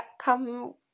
come